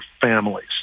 families